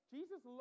Jesus